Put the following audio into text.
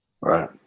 Right